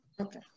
Okay